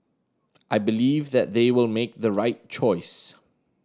I believe that they will make the right choice